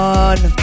on